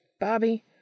Bobby